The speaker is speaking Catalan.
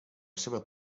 seva